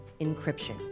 encryption